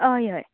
हय हय